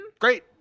Great